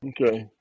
Okay